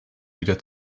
wieder